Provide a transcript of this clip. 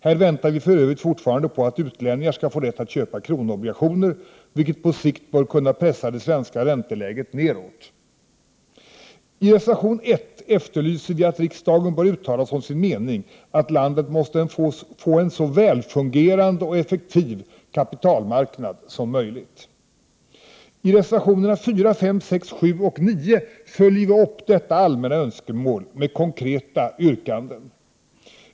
Här väntar vi för Övrigt fortfarande på att utlänningar skall få rätt att köpa kronoobligationer, något som på sikt bör kunna pressa det svenska ränteläget nedåt. I reservation 1 efterlyser vi att riksdagen bör uttala som sin mening, att landet måste få en så väl fungerande och effektiv kapitalmarknad som möjligt. I reservationerna 4,5, 6, 7 och 9 följer vi upp detta allmänna önskemål med konkreta yrkanden.